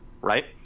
right